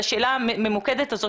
על השאלה הממוקדת הזאת,